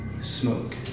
smoke